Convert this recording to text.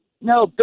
No